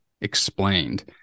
Explained